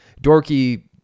dorky